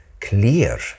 clear